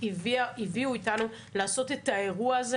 הביאו אותנו לעשות את האירוע הזה